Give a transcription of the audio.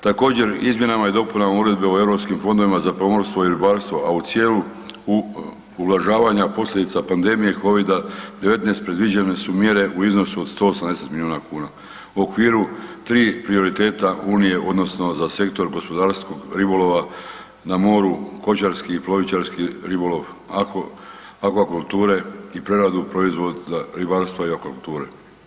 Također izmjenama i dopunama uredbe o europskim fondovima za pomorstvo i ribarstvo, a u cijelu ublažavanja posljedica Covida-19 predviđene su mjere u iznosu od 180 milijuna kuna u okviru tri prioriteta unije odnosno za sektor gospodarskog ribolova na moru, kočarski i plovičarski ribolov, aqua kulture i preradu proizvoda ribarstva i aqua kulture.